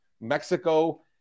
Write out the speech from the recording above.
Mexico